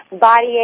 Body